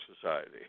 Society